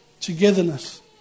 togetherness